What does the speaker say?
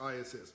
ISS